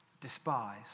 despise